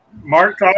Mark